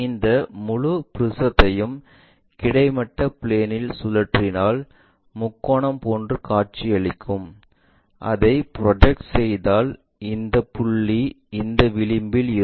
இந்த முழு ப்ரிஸத்தையும் கிடைமட்ட பிளான்இல் சுழற்றினால் முக்கோணம் போன்று காட்சியளிக்கும் அதை ப்ரொஜெக்ட் செய்தாள் இந்த புள்ளி இந்த விளிம்பில் இருக்கும்